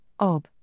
ob